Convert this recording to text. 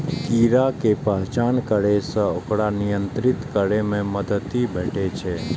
कीड़ा के पहचान करै सं ओकरा नियंत्रित करै मे मदति भेटै छै